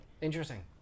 Interesting